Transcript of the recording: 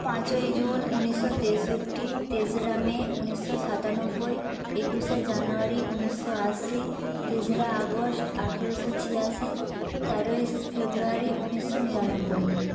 পাঁচই জুন উনিশশো তেষট্টি তেসরা মে উনিশশো সাতানব্বই একুশে জানুয়ারি উনিশশো আশি তেসরা আগস্ট আঠেরোশো ছিয়াশি তেরোই ফেব্রুয়ারি উনিশশো নিরানব্বই